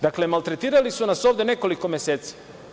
Dakle, maltretirali su nas ovde nekoliko meseci.